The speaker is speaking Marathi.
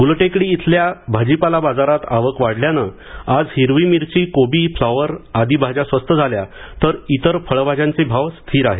ग्लटेकडी इथल्या भाजीपाला बाजारात आवक वाढल्यानं आज हिरवी मिरची कोबी फ्लॉवर आदी भाज्या स्वस्त झाल्या तर इतर फळभाज्यांचे भाव स्थिर आहेत